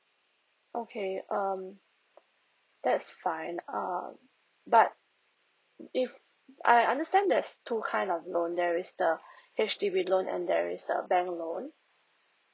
okay um that's fine um but if I understand there's two kind of loan there is the H_D_B loan and there is a bank loan